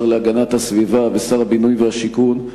השר להגנת הסביבה ושר הבינוי והשיכון,